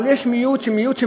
אבל יש מיעוט של מיעוט,